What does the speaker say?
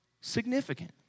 significant